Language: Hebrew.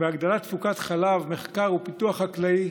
והגדלת תפוקת חלב, מחקר ופיתוח חקלאי,